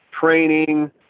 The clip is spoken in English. training